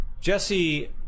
Jesse